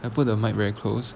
I put the mic~ very close